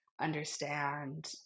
understand